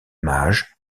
mages